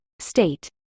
state